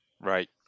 Right